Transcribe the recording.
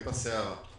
הייתה סערה.